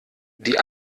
die